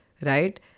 right